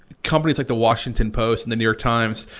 companies like the washington post and the new york times,